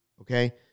okay